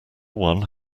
one